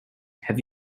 have